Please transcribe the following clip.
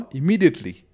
immediately